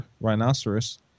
rhinoceros